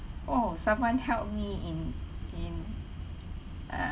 oh someone help me in in uh